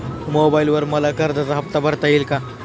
मोबाइलवर मला कर्जाचा हफ्ता भरता येईल का?